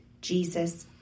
Jesus